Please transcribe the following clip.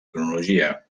cronologia